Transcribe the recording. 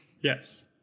Yes